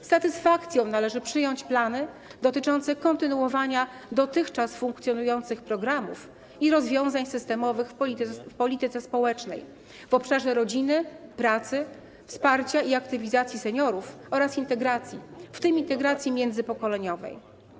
Z satysfakcją należy przyjąć plany dotyczące kontynuowania dotychczas funkcjonujących programów i rozwiązań systemowych w polityce społecznej w obszarach rodziny, pracy, wsparcia i aktywizacji seniorów oraz integracji, w tym integracji międzypokoleniowej.